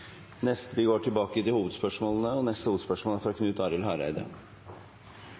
Vi går tilbake til hovedspørsmålene, og neste hovedspørsmål er fra Knut Arild Hareide.